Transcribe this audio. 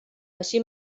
així